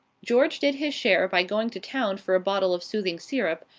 george did his share by going to town for a bottle of soothing syrup,